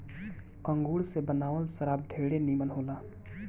अंगूर से बनावल शराब ढेरे निमन होला